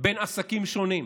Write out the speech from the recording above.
בין עסקים שונים.